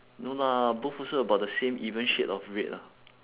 no lah both also about the same even shade of red lah